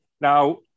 Now